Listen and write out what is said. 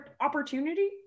opportunity